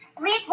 Leave